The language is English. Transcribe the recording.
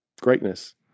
greatness